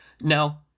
Now